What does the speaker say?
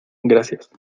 gracias